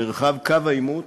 מרחב קו העימות,